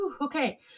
okay